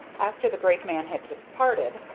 after the great man had departed,